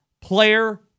player